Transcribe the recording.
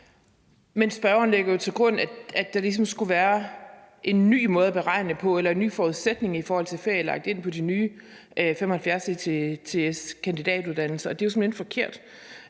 Men spørgeren lægger jo til grund, at der ligesom skulle være en ny måde at beregne på eller en ny forudsætning i forhold til ferie lagt ind i de nye 75 ECTS-kandidatuddannelser, og det er jo simpelt hen forkert.